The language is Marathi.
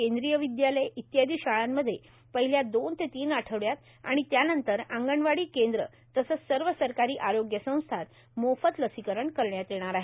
केंद्रीय विदयालय इत्यादी शाळामध्ये पहिल्या दोन ते तीन आठवडयात आणि त्यानंतर अंगणवाडी केंद्र तसंच सर्व सरकारी आरोग्य संस्थेत मोफत लसीकरण करण्यात येणार आहे